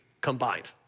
combined